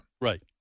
Right